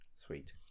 Sweet